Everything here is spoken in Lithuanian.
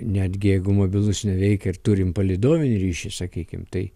netgi jeigu mobilus neveikia ir turim palydovinį ryšį sakykim tai